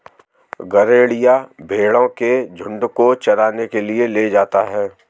गरेड़िया भेंड़ों के झुण्ड को चराने के लिए ले जाता है